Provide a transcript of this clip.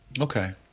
Okay